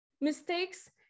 Mistakes